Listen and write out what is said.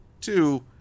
two